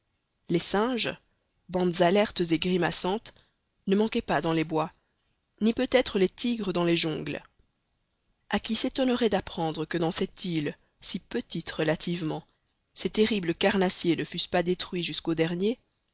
les singes bandes alertes et grimaçantes ne manquaient pas dans les bois ni peut-être les tigres dans les jungles a qui s'étonnerait d'apprendre que dans cette île si petite relativement ces terribles carnassiers ne fussent pas détruits jusqu'au dernier